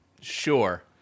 Sure